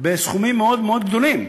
בסכומים מאוד מאוד גדולים.